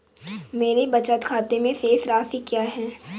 मेरे बचत खाते में शेष राशि क्या है?